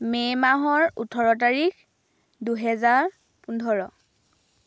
মে' মাহৰ ওঠৰ তাৰিখ দুহেজাৰ পোন্ধৰ